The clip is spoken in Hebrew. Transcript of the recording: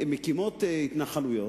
מקימות התנחלויות,